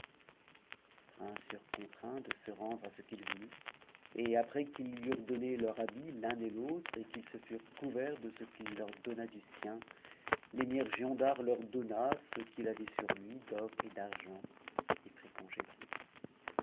cmi princes furent contraints de se rendre à ce qu'il voulut et âpres u'i s lui eurent donné leur habit l'un et l'autre et qu'ils se furent couverts e ce qu'il leur donna du sien l'émir giondar leur donna ce qu'il avait sur u d'or et d'argent et prit congé d'eux